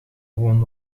won